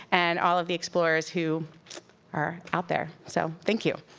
and all of the explorers who are out there. so thank you.